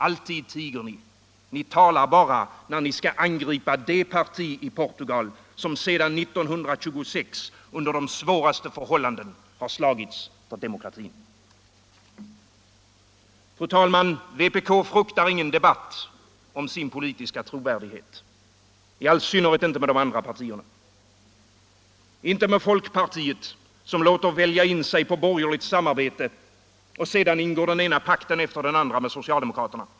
Alltid tiger ni — ni talar bara när ni skall angripa det parti i Portugal som sedan 1926 under de svåraste förhållanden har slagits för demokratin. Fru talman! Vpk fruktar ingen debatt om sin politiska trovärdighet, i all synnerhet inte med de andra partierna. Inte med folkpartiet, som låter välja in sig på borgerligt samarbete och sedan ingår den ena pakten efter den andra med socialdemokraterna.